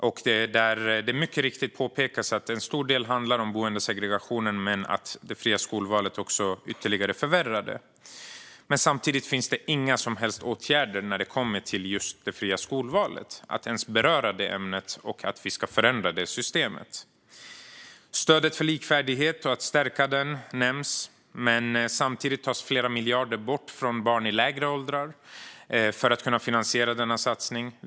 Det påpekas också mycket riktigt att en stor del handlar om boendesegregationen men att det fria skolvalet förvärrar det hela ytterligare. Samtidigt finns det inga som helst åtgärder när det kommer till just det fria skolvalet. Ämnet berörs inte, och det sägs ingenting om att vi ska förändra systemet. Stödet för stärkt likvärdighet nämns. Samtidigt tas dock flera miljarder bort från barn i lägre åldrar för att finansiera denna satsning.